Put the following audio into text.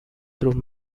through